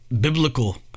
biblical